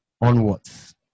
onwards